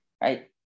Right